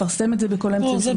לפרסם את זה בכל האמצעים.